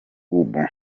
ubu